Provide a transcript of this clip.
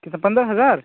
कितना पंद्रह हज़ार